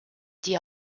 die